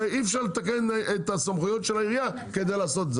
שאי אפשר לתקן את הסמכויות של העירייה כדי לעשות את זה,